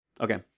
okay